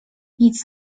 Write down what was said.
nic